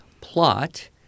plot